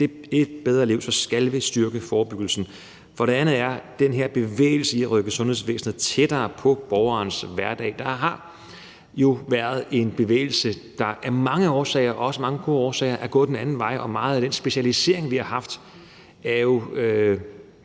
enkelte et bedre liv, skal vi styrke forebyggelsen. Det andet er den her bevægelse med at rykke sundhedsvæsenet tættere på borgernes hverdag. Der har jo været en bevægelse, der af mange årsager, også af mange gode årsager, er gået den anden vej, og meget af den specialisering, vi har haft, er jo